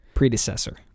Predecessor